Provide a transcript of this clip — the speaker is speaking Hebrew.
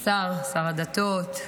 השר, שר הדתות,